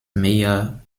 mayor